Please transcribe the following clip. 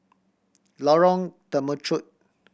Lorong Temechut